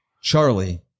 Charlie